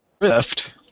Rift